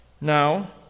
Now